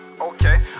Okay